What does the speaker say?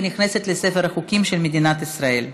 ונכנסת לספר החוקים של מדינת ישראל.